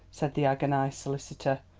said the agonised solicitor.